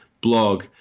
blog